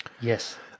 yes